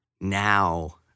now